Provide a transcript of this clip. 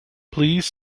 please